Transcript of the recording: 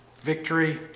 victory